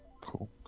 Cool